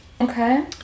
Okay